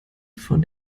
von